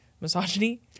misogyny